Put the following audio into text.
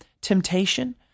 temptation